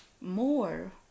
more